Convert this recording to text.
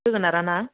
जोगोनारा ना